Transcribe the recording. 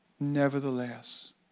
Nevertheless